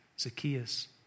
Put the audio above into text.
Zacchaeus